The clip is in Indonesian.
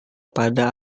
pada